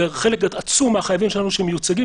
וחלק עצום מהחייבים שלנו שמיוצגים,